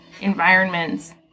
environments